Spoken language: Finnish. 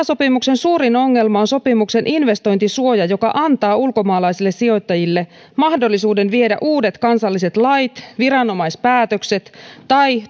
sopimuksen suurin ongelma on sopimuksen investointisuoja joka antaa ulkomaalaisille sijoittajille mahdollisuuden viedä uudet kansalliset lait viranomaispäätökset tai